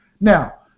Now